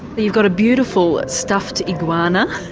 but you've got a beautiful stuffed iguana,